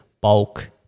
bulk